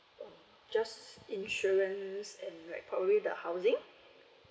just insurance and probably the housing